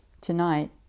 Tonight